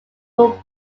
were